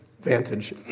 vantage